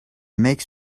makes